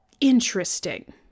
interesting